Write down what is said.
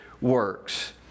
works